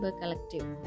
collective